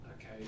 okay